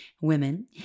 women